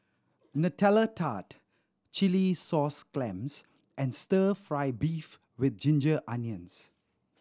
Nutella Tart chilli sauce clams and Stir Fry beef with ginger onions